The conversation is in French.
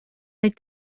les